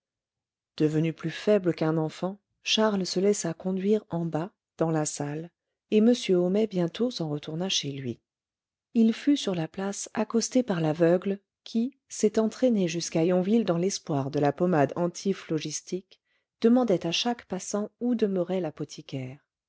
devenu plus faible qu'un enfant charles se laissa conduire en bas dans la salle et m homais bientôt s'en retourna chez lui il fut sur la place accosté par l'aveugle qui s'étant traîné jusqu'à yonville dans l'espoir de la pommade antiphlogistique demandait à chaque passant où demeurait l'apothicaire